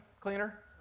cleaner